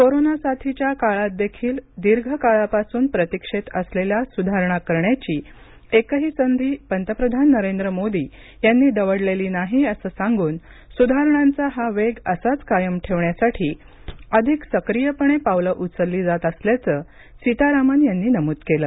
corona साथीच्या काळातदेखील दीर्घ काळापासून प्रतीक्षेत असलेल्या सुधारणा करण्याची एकही संधी पंतप्रधान नरेंद्र मोदी यांनी दवडलेली नाही असं सांगून सुधारणांचा हा वेग असाच कायम ठेवण्यासाठी अधिक सक्रियपणे पावलं उचलली जात असल्याचं सीतारामन यांनी नमूद केलं